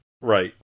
Right